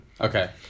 Okay